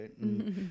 Right